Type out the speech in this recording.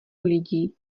lidí